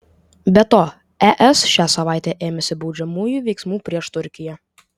be to es šią savaitę ėmėsi baudžiamųjų veiksmų prieš turkiją